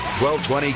1220